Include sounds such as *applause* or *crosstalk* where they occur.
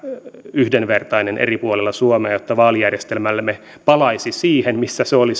yhdenvertainen eri puolilla suomea jotta vaalijärjestelmämme palaisi siihen missä se oli *unintelligible*